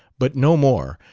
but no more.